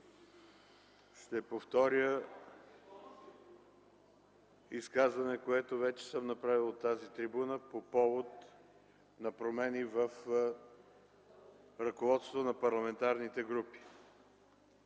Ще повторя изказване, което вече съм направил от тази трибуна по повод на промени в ръководствата на парламентарните комисии.